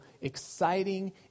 exciting